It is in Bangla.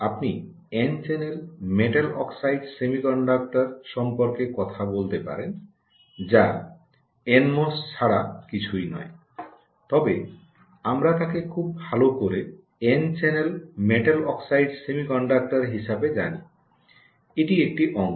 আপনি N channel metal oxide semiconductor সম্পর্কে কথা বলতে পারেন যা এন এমওএস ছাড়া কিছুই নয় তবে আমরা তাকে খুব ভালো করে N channel metal oxide semiconductor হিসাবে জানি এটি একটি অংশ